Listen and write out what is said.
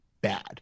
bad